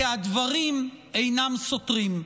כי הדברים אינם סותרים.